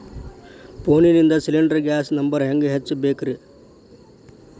ಫೋನಿಂದ cylinder gas number ಹೆಂಗ್ ಹಚ್ಚ ಬೇಕ್ರಿ?